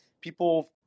people